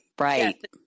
Right